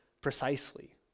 precisely